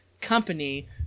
company